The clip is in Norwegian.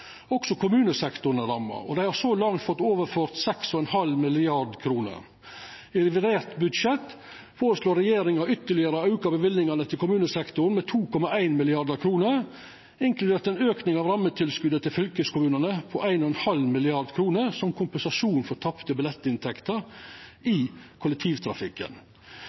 Også kommunesektoren er ramma, og dei har så langt fått overført 6,5 mrd. kr. I revidert budsjett føreslår regjeringa å auka løyvingane til kommunesektoren ytterlegare med 2,1 mrd. kr, inkludert ei auke av rammetilskotet til fylkeskommunane på 1,5 mrd. kr som kompensasjon for tapte billettinntekter i kollektivtrafikken.